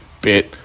bit